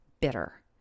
bitter